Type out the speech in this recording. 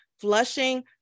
flushing